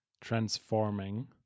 transforming